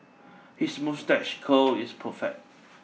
his moustache curl is perfect